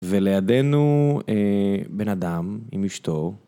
ולידינו בן אדם עם אשתו.